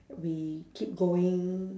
we keep going